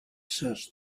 searched